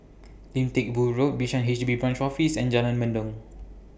Lim Teck Boo Road Bishan H B Branch Office and Jalan Mendong